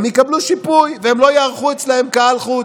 הן יקבלו שיפוי, והן לא יארחו אצלן קהל חוץ,